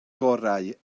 gorau